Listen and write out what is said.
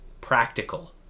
practical